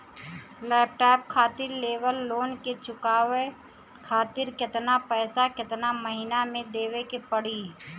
Laptop खातिर लेवल loan के चुकावे खातिर केतना पैसा केतना महिना मे देवे के पड़ी?